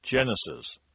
Genesis